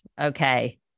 Okay